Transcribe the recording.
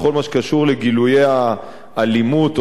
ובכל מה שקשור לגילויי האלימות או